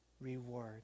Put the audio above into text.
reward